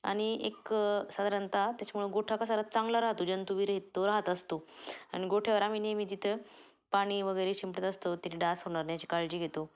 आणि एक साधारणतः त्याच्यामुळं गोठा क सारात चांगला राहतो जंतुविरहित तो राहत असतो आणि गोठ्यावर आम्ही नेहमी तिथं पाणी वगैरे शिंपडत असतो तिथं डास होणार नाही याची काळजी घेतो